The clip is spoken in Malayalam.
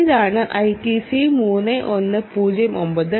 ഇതാണ് ITC3109 DC DC